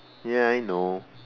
ya I know